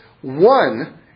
one